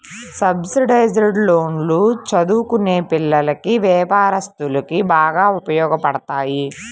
subsidised లోన్లు చదువుకునే పిల్లలకి, వ్యాపారస్తులకు బాగా ఉపయోగపడతాయి